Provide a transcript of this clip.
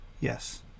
Yes